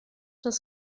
das